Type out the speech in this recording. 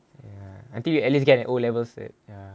until you at least get an O level seh ya